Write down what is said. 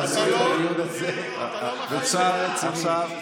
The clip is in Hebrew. תעשו את הדיון הזה בצורה רצינית.